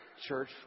church